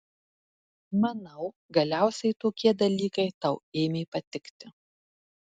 manau galiausiai tokie dalykai tau ėmė patikti